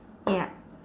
ya